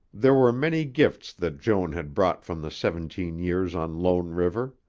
there were many gifts that joan had brought from the seventeen years on lone river.